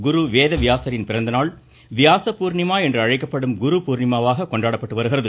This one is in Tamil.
குரு வேதவியாசரின் பிறந்த நாள் வியாச பூர்ணிமா என்று அழைக்கப்படும் குரு பூர்ணிமாவாக கொண்டாடப்பட்டு வருகிறது